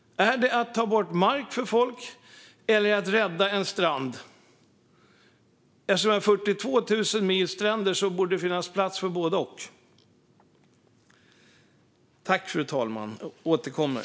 Är det att ta bort mark för folk, eller är det att rädda en strand? Eftersom vi har 42 000 mil stränder borde det finnas plats för både och.